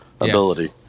ability